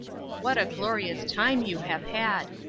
what a glorious time you have had!